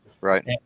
Right